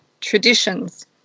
traditions